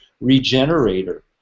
regenerator